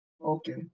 Okay